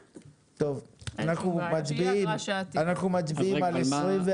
טוב, אנחנו מצביעים על 24,